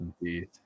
Indeed